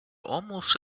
almost